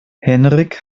henrik